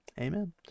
Amen